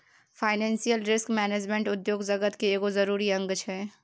financial risk management उद्योग जगत केर एगो जरूरी अंग छै